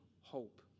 Hope